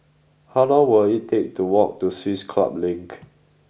how long will it take to walk to Swiss Club Link